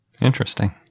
Interesting